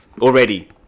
Already